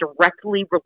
directly